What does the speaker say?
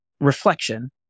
reflection